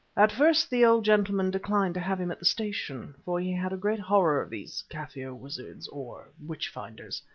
at first the old gentleman declined to have him at the station, for he had a great horror of these kaffir wizards or witch-finders.